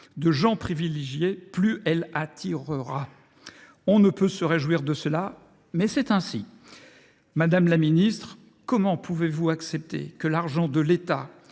de gens privilégiés, plus elle attirera. On ne peut se réjouir de cela, mais c’est ainsi. » Madame la ministre, comment pouvez vous accepter que l’argent de l’État,